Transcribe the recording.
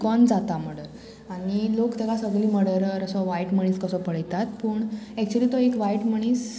चुकोन जाता मर्डर आनी लोक तेका सगली मर्डर असो वायट मनीस कसो पळयतात पूण एक्चुली तो एक वायट मनीस